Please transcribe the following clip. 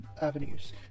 Avenues